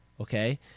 okay